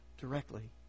directly